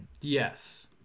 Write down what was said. Yes